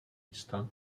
místa